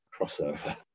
crossover